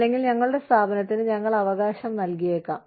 അല്ലെങ്കിൽ ഞങ്ങളുടെ സ്ഥാപനത്തിന് ഞങ്ങൾ അവകാശം നൽകിയേക്കാം